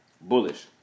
Bullish